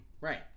right